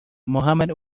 mohammad